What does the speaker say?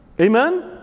Amen